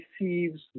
receives